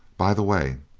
by the way,